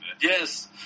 yes